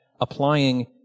applying